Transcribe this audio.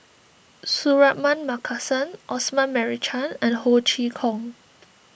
Suratman Markasan Osman Merican and Ho Chee Kong